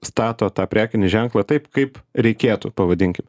stato tą prekinį ženklą taip kaip reikėtų pavadinkim